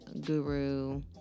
guru